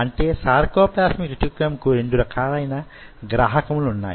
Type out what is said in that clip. అంటే sarcoplasmic reticulum కు రెండు రకాలైన గ్రాహకములున్నాయి